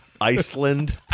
Iceland